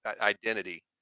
identity